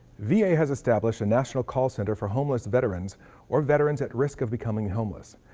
v a. has established a national call center for homeless veterans or veterans at-risk of becoming homeless.